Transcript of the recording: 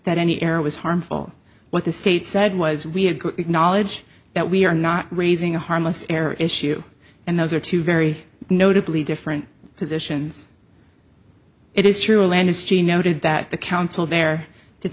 that any error was harmful what the state said was we had acknowledge that we are not raising a harmless error issue and those are two very notably different positions it is true and history noted that the counsel there did